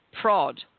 prod